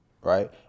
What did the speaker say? right